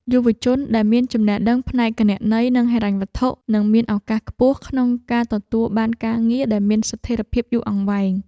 យុវជនដែលមានចំណេះដឹងផ្នែកគណនេយ្យ និងហិរញ្ញវត្ថុនឹងមានឱកាសខ្ពស់ក្នុងការទទួលបានការងារដែលមានស្ថិរភាពយូរអង្វែង។